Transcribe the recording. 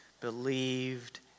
believed